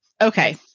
Okay